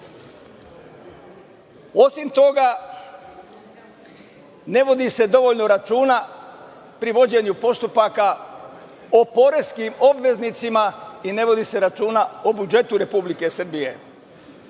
toga, ne vodi se dovoljno računa pri vođenju postupaka o poreskim obveznicima i ne vodi se računa o budžetu Republike